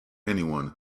anyone